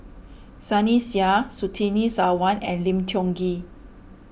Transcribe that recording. Sunny Sia Surtini Sarwan and Lim Tiong Ghee